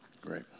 Great